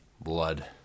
blood